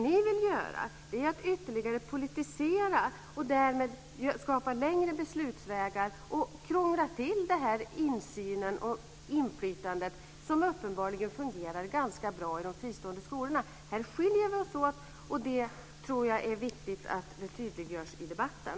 Ni vill ytterligare politisera och därmed skapa längre beslutsvägar. Det krånglar till insynen och inflytandet, som uppenbarligen fungerar ganska bra i de fristående skolorna. Här skiljer vi oss åt. Det är viktigt att det tydliggörs i debatten.